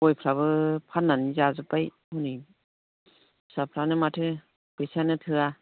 गयफ्राबो फाननानै जाजोबबाय हनै फैसाफ्रानो माथो फैसायानो थोआ